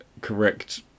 correct